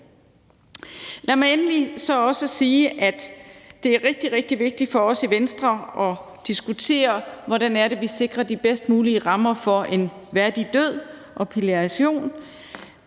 Lad mig så også sige, at det er rigtig, rigtig vigtigt for os i Venstre at diskutere, hvordan det er, vi sikrer de bedst mulige rammer for en værdig død og palliation.